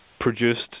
produced